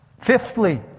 Fifthly